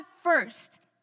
first